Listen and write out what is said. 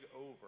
over